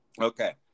Okay